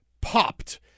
popped